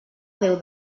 déu